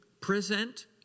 present